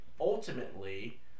ultimately